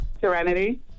Serenity